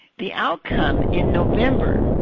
the outcome, in november,